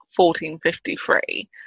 1453